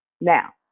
Now